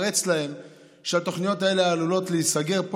שהתפרץ לאנשים, שהתוכניות האלה עלולות להיסגר.